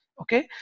Okay